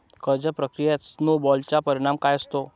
कर्ज प्रक्रियेत स्नो बॉलचा परिणाम काय असतो?